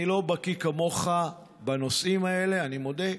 ואני לא בקי כמוך בנושאים האלה, אני מודה,